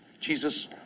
Jesus